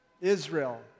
Israel